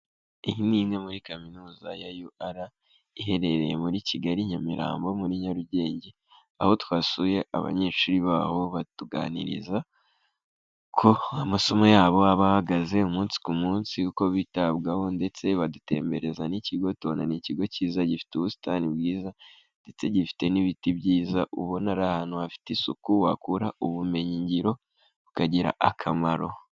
Iyi ni imwe muri kaminuza ya UR iherereye muri Kigali Nyamirambo muri Nyarugenge, aho twasuye abanyeshuri baho batuganiriza ko amasomo yabo aba ahagaze umunsi ku munsi uko bitabwaho, ndetse badutembereza n'ikigo tubona ni ikigo cyiza gifite ubusitani bwiza ndetse gifite n'ibiti byiza, ubona ari ahantu hafite isuku wakura ubumenyingiro ukagira akamaro.